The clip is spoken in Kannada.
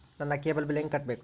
ನನ್ನ ಕೇಬಲ್ ಬಿಲ್ ಹೆಂಗ ಕಟ್ಟಬೇಕು?